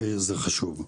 כי זה חשוב.